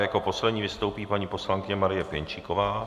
Jako poslední vystoupí paní poslankyně Marie Pěnčíková.